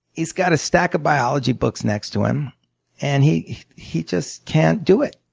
he's got a stack of biology books next to him and he he just can't do it.